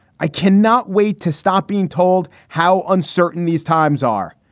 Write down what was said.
i can not wait to stop being told how uncertain these times are.